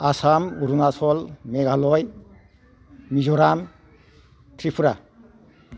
Assam Arunachal Meghalaya Mizoram Tripura